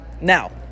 Now